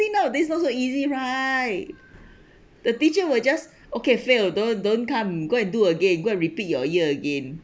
nowadays not so easy right the teacher will just okay fail don't don't come go and do again go and repeat your year again